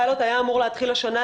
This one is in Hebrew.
הפיילוט היה אמור להתחיל השנה.